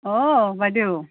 অ বাইদেউ